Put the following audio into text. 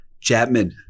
Chapman